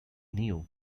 knew